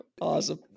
Awesome